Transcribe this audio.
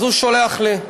אז הוא שלח לי: